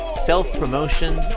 Self-promotion